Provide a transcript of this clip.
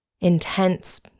intense